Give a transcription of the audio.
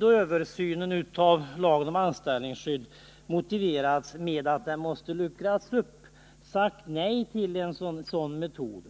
översyn av lagen om anställningsskydd har motiverats med att det måste bli en uppluckring har socialdemokratin alltid sagt nej.